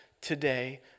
today